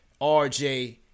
RJ